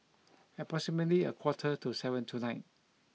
approximately a quarter to seven tonight